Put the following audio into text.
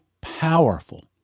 powerful